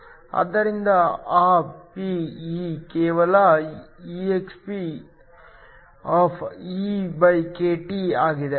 ಆದ್ದರಿಂದ ಆ P ಕೇವಲ expEkT ಆಗಿದೆ